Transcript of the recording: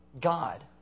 God